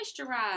Moisturize